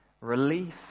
relief